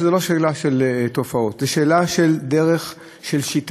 מובנית לכל אורך הדרך של חברות הביטוח.